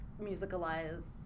musicalize